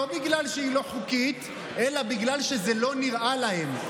לא בגלל שהיא לא חוקית אלא בגלל שזה לא נראה להם.